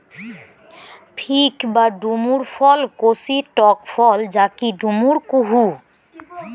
fig বা ডুমুর ফল কচি টক ফল যাকি ডুমুর কুহু